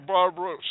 Barbara